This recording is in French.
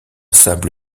sable